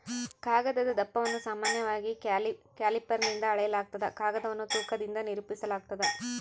ಕಾಗದದ ದಪ್ಪವನ್ನು ಸಾಮಾನ್ಯವಾಗಿ ಕ್ಯಾಲಿಪರ್ನಿಂದ ಅಳೆಯಲಾಗ್ತದ ಕಾಗದವನ್ನು ತೂಕದಿಂದ ನಿರೂಪಿಸಾಲಾಗ್ತದ